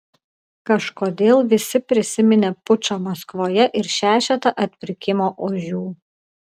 kažkodėl visi prisiminė pučą maskvoje ir šešetą atpirkimo ožių